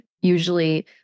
usually